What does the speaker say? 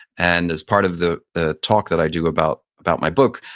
and as part of the the talk that i do about about my book,